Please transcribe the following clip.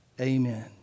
Amen